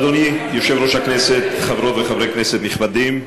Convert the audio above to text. אדוני יושב-ראש הכנסת, חברות וחברי כנסת נכבדים,